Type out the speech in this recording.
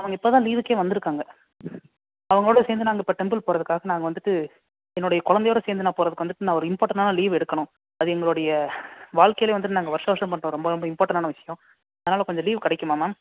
அவங்க இப்போதான் லீவுக்கே வந்திருக்காங்க அவங்களோட சேர்ந்து நாங்கள் இப்போ டெம்பிள் போகிறதுக்காக நாங்கள் வந்துட்டு என்னுடைய கொழந்தையோட சேர்ந்து நான் போகிறதுக்கு வந்துட்டு நான் ஒரு இம்பார்டன்ட்டான லீவ் எடுக்கணும் அது எங்களுடைய வாழ்க்கையிலே வந்துட்டு நாங்கள் வருஷா வருஷம் பண்ணுறோம் ரொம்ப இம்பார்ட்டன்ட்டான விஷயம் அதனால் கொஞ்சம் லீவ் கிடைக்குமா மேம்